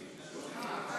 שנים אנחנו כבר בעצמאות?